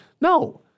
no